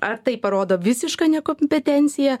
ar tai parodo visišką nekompetenciją